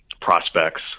prospects